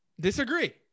Disagree